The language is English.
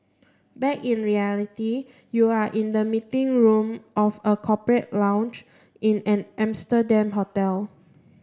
back in reality you are in the meeting room of a corporate lounge in an Amsterdam hotel